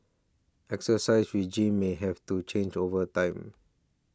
exercise regimens may have to change over time